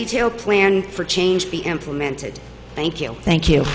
detailed plan for change be implemented thank you thank you